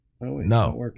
No